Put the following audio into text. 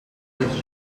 this